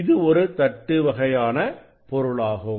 இது ஒரு தட்டு வகையான பொருளாகும்